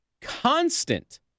constant